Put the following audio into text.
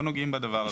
לא נוגעים בדבר הזה.